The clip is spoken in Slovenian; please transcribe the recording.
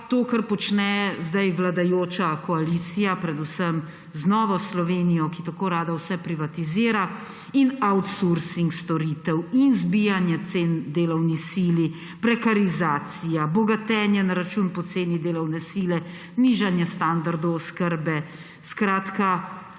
to, kar počne zdaj vladajoča koalicija, predvsem z Novo Slovenijo, ki tako rada vse privatizira in outsourcing storitev in zbijanje cen delovni sili, prekarizacija, bogatenje na račun poceni delovne sile, nižanje standardov oskrbe. Na